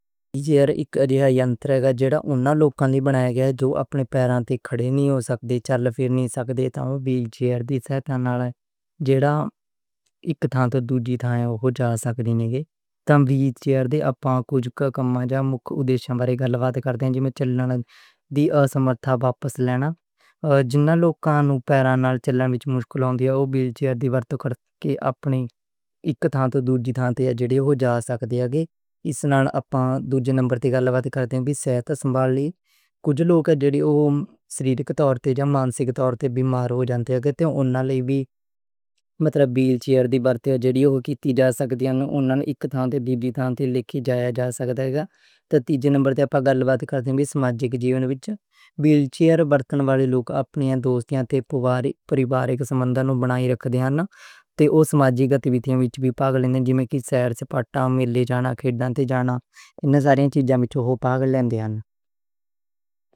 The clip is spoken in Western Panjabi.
وہیل چیئر اک یانتر ہے، جیہڑا انہاں لوکاں لئی بنائی گیا ہے جو اپنے پیراں تے کھڑے نہیں ہو سکدے، چل پھر نہیں سکدے، تے اوہ وہیل چیئر دی سہائتا نال۔ جیہڑے اک تھاں توں دووجی تھاں نہیں جا سکدے، اوہ جا سکدے نے۔ وہیل چیئر دے اپاں کجھ کم مکھ ادیش وارے آلوچنا کردے ہاں—چلن دی اسمرتھتا وچ سہائتا لینا۔ جیہناں لوکاں نوں پیراں نال چلن وچ مشکل ہوندی ہے اوہ وہیل چیئر دے ورتوں کرکے اک تھاں توں دووجے تھاں جا سکدے نے۔ اس نال اپاں دووجے نمبر دی گل بات کردے ہاں کہ سہائتا سنبھالی، کجھ لوک جدوں شاریریک تور تے جا منسک تور بیماری ہو جاندی، اوہناں نے وی وہیل چیئر دی جیہڑی ہوئی اجازت دینی، اوہناں نے وی اک تھاں توں دووجا تھاں لے جا سکدے نے۔ تے تیجے نمبر تے ساڈی گل بات کردے ہاں بھی سماجک جیون وچ، وہیل چیئر ورتن والے لوک اپنی دوستیاں تے پریوارک سمبندھاں نوں بنائے رکھدے نے، سماجی گت ودھائیاں وی پائندے نے، جی میں کل شہر دے پاتاں، میل جانا، کھیلیں تے جانا، انہاں ساریاں وچ آپاں پائندے نے۔